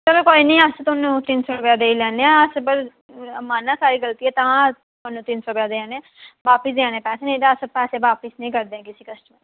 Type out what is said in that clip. चलो कोई नी अस तुसेंगी तिन सौ रपेआ देई लैन्ने आ माना साढ़ी गल्ती ऐ तां अस तुसेंगी तिन सौ रपेया देआ ने वापिस देआ ने पैसे नेईं ते अस पैसे वापिस नी करदे किश कस्टमर दे